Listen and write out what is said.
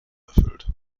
erfüllt